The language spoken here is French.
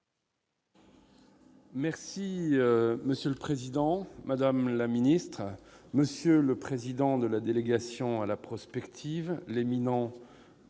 durable. Monsieur le président, madame la ministre, monsieur le président de la délégation à la prospective, mes